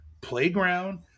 Playground